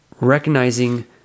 recognizing